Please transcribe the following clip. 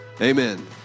Amen